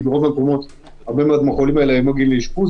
כי ברוב המקומות הרבה מאוד מהחולים האלה לא מגיעים לאשפוז,